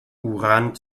uran